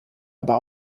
aber